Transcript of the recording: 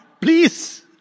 please